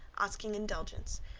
asking indulgence.